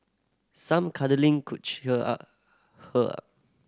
some cuddling could cheer up her up